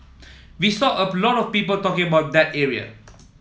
we saw a lot of people talking about that area